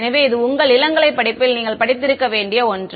எனவே இது உங்கள் இளங்கலை படிப்பில் நீங்கள் படித்திருக்க வேண்டிய ஒன்று